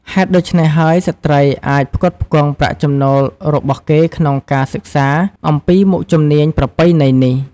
ហេតុដូច្នេះហើយ ស្ត្រីអាចផ្គត់ផ្គង់ប្រាក់ចំណូលរបស់គេក្នុងការសិក្សាអំពីមុខជំនាញប្រពៃណីនេះ។